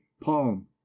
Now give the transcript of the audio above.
palm